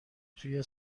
توی